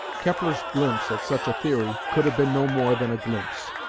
kepler's glimpse at such a theory could have been no more than a glimpse,